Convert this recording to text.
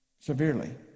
severely